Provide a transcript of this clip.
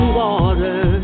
water